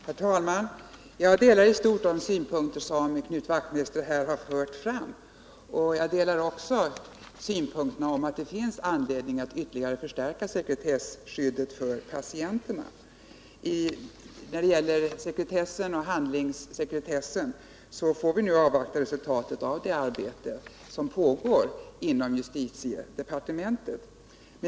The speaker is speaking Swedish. Herr talman! Jag delar i stort de synpunkter som Knut Wachtmeister här har fört fram, och jag delar också hans uppfattning att det finns anledning att ytterligare förstärka sekretesskyddet för patienterna. När det gäller handlingssekretessen får vi nu avvakta resultatet av det arbete som pågår inom justitiedepartementet.